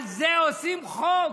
על זה עושים חוק?